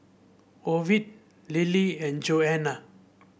Ovid Lillie and Johannah